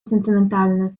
sentymentalny